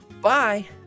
Bye